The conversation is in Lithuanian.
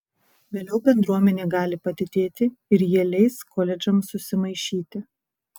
vėliau bendruomenė gali padidėti ir jie leis koledžams susimaišyti